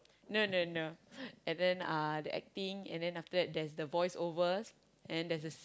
no no no and then uh the acting and then after there's the voiceovers and there's the